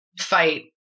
fight